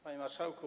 Panie Marszałku!